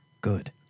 good